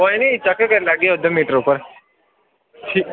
कोई नेईं चैक करी लैगे ओह्दे मीटर उप्पर